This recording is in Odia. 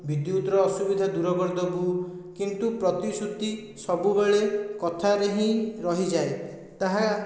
ବିଦ୍ୟୁତର ଅସୁବିଧା ଦୂର କରିଦେବୁ କିନ୍ତୁ ପ୍ରତିଶ୍ରୁତି ସବୁବେଳେ କଥାରେ ହିଁ ରହିଯାଏ ତାହା